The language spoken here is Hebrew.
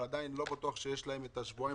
אבל עדיין לא בטוח שיש להם את השבועיים